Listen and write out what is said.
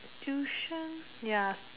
tuition ya